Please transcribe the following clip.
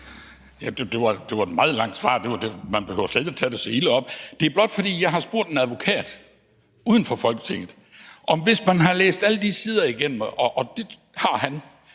Det var et meget langt svar. Man behøver slet ikke at tage det så ilde op. Det er blot, fordi jeg har spurgt en advokat uden for Folketinget, om det, hvis man har læst alle de sider igennem – og det har han